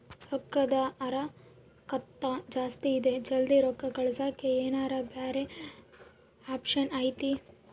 ರೊಕ್ಕದ ಹರಕತ್ತ ಜಾಸ್ತಿ ಇದೆ ಜಲ್ದಿ ರೊಕ್ಕ ಕಳಸಕ್ಕೆ ಏನಾರ ಬ್ಯಾರೆ ಆಪ್ಷನ್ ಐತಿ?